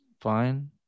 fine